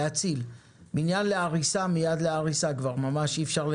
מיועד להריסה זה מיועד להריסה,